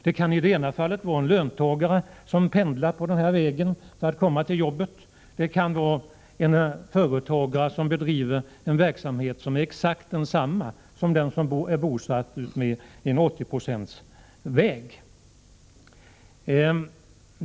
Den som bor vid vägen med det 40-procentiga bidraget kan vara en löntagare som pendlar till jobbet eller en företagare vars verksamhet är exakt densamma som någon bedriver vilken är bosatt utmed en ”80-procentsväg”.